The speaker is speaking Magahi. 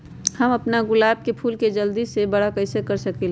हम अपना गुलाब के फूल के जल्दी से बारा कईसे कर सकिंले?